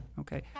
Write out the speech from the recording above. Okay